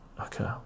Okay